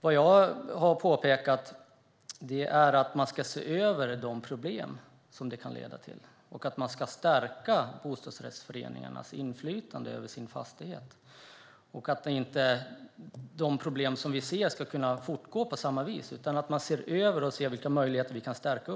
Vad jag har påpekat är att man ska se över de problem som detta kan leda till och att man ska stärka bostadsrättsföreningarnas inflytande över sina fastigheter. De problem som vi ser ska inte kunna fortgå. Det handlar om att man ser över detta och ser vilka möjligheter vi kan stärka.